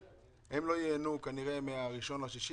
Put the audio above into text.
הם לא ייהנו כנראה מהראשון ביוני,